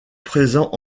présent